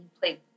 played